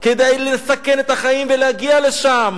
כדי לסכן את החיים ולהגיע לשם,